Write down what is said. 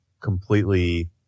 completely